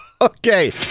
Okay